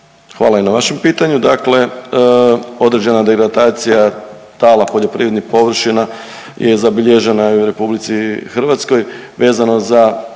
Hvala i na vašem pitanju. Dakle, određena degradacija tala poljoprivrednih površina je zabilježena i u RH vezano za